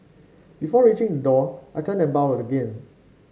before reaching the door I turned and bowed again